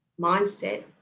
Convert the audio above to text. mindset